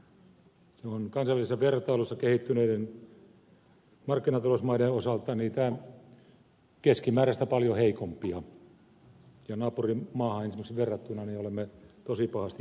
se on kansainvälisessä vertailussa kehittyneiden markkinatalousmaiden osalta niitä keskimääräistä paljon heikompia ja esimerkiksi naapurimaahan verrattuna olemme tosi pahasti jäljessä